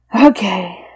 Okay